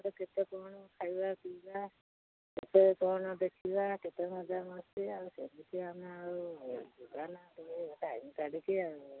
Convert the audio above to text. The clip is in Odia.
କେତେ କ'ଣ ଖାଇବା ପିଇବା କେତେ କ'ଣ ଦେଖିବା କେତେ ମଜା ଆଉ ସେମିତି ଆମେ ଆଉ ଯିବା ନା ଟାଇମ କାଢ଼ିକି ଆଉ